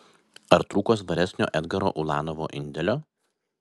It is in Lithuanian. ar trūko svaresnio edgaro ulanovo indėlio